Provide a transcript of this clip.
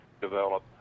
develop